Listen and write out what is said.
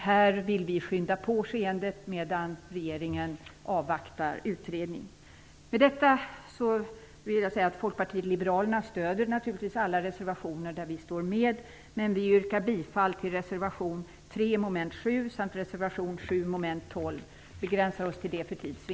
Vi vill skynda på skeendet i denna fråga, medan regeringen vill avvakta utredning. Folkpartiet liberalerna stöder naturligtvis alla de reservationer där vi finns med, men vi yrkar för tids vinnande bifall endast till reservation 3 under mom. 7